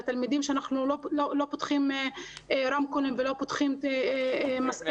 לתלמידים שלא פותחים רמקולים ולא פותחים מצלמות.